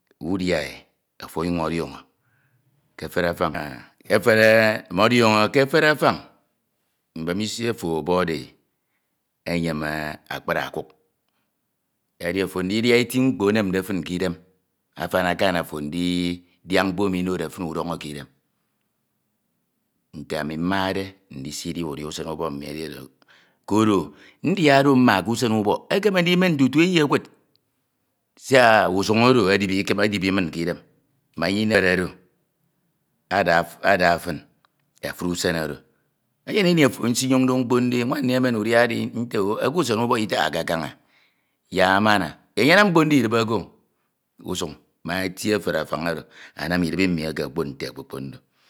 udia e ofo ọnyuñ ọdiọñọ ke efere afañ e efere ọmọdiọñọ ke efere afan mbemisi ofo ọbọkde e eyem akpni okuk. Edi ofo ndidia eti mkpo enemde fin ke idem afan akan ofo ndidia mkpo emi onode fin udọñọ ke idem. Nte ami mmade ndisi dia udia usen mmi edi oro. Koro ndia oro mma ke usen ubok, ekeme ndiben nin tutu eyi ekud, siak usuñ oro edibi min ke idem ma inem oro ada fin efuri usen oro. Enyene ofo nsinyonde mkpo ndi, nuan mmi unan udia edi nte o o eke usen ubok itahake knia yak amana. Einye anam mkprade idibi eke no, usueñ ma eti eyere afam oro anam idibi eke okpon nte okpokpon do